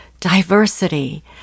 diversity